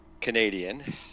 canadian